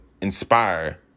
inspire